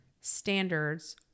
standards